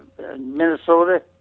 Minnesota